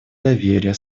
доверия